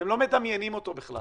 אתם לא מדמיינים אותו בכלל.